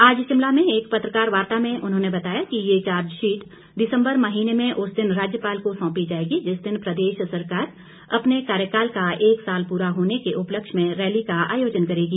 आज शिमला में एक पत्रकार वार्ता में उन्होंने बताया कि ये चार्जशीट दिसम्बर महीने में उस दिन राज्यपाल को सौंपी जाएगी जिस दिन प्रदेश सरकार अपने कार्यकाल का एक साल पूरा होने के उपलक्ष्य में रैली का आयोजन करेगी